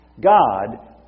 God